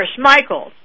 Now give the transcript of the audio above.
Michael